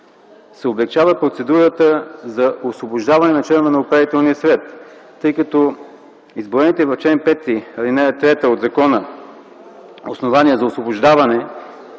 се облекчава процедурата за освобождаване на членове на Управителния съвет, тъй като изброените в чл. 5, ал. 3 от закона основания за освобождаване